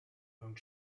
mewn